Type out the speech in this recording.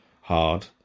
hard